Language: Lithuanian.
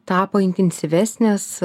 tapo intensyvesnis